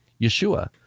Yeshua